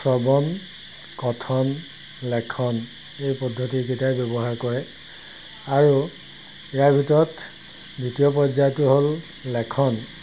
শ্ৰৱণ কথন লেখন এই পদ্ধতিকেইটাই ব্যৱহাৰ কৰে আৰু ইয়াৰ ভিতৰত দ্বিতীয় পৰ্যায়টো হ'ল লেখন